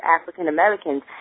African-Americans